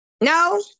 no